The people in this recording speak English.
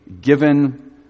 given